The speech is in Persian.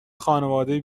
خانواده